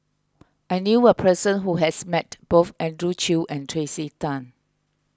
I knew a person who has met both Andrew Chew and Tracey Tan